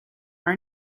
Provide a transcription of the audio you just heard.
are